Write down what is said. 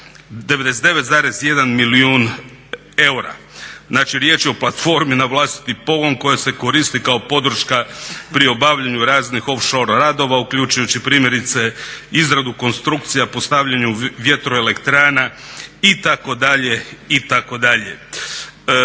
99,1 milijun eura. Znači riječ je o platformi na vlastiti pogon koja se koristi kao podrška pri obavljanju raznih off shore radova, uključujući primjerice izradu konstrukcija, postavljanju vjetroelekrana itd., itd.